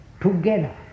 Together